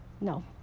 No